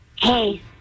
hey